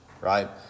right